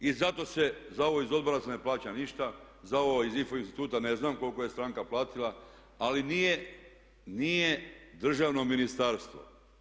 I zato se za ovo iz odbora se ne plaća ništa, za ovo iz IFO instituta ne znam koliko je stranka platila ali nije državno ministarstvo.